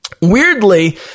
Weirdly